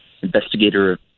investigator